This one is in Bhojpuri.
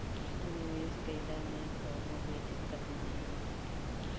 निवेश कइला मे कवनो भी दिक्कत नाइ होला